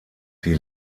die